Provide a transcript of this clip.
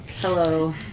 Hello